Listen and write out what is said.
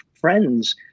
friends